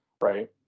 right